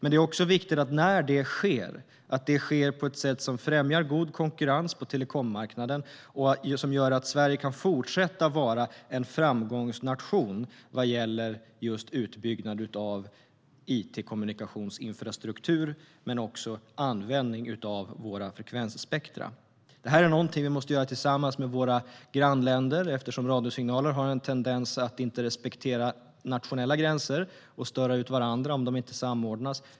Det är också viktigt att det sker på ett sätt som främjar god konkurrens på telekommarknaden och som gör att Sverige kan fortsätta att vara en framgångsnation vad gäller utbyggnad av it-kommunikationsinfrastruktur och användning av våra frekvensspektrum. Detta måste vi göra tillsammans med våra grannländer eftersom radiosignaler har en tendens att inte respektera nationella gränser och störa ut varandra om de inte samordnas.